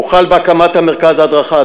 הוחל בהקמת מרכז ההדרכה,